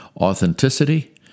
authenticity